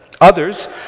Others